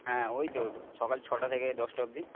হ্যাঁ ওই তো সকাল ছটা থেকে দশটা অব্দি